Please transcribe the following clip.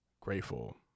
grateful